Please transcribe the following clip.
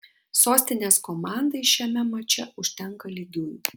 sostinės komandai šiame mače užtenka lygiųjų